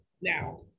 Now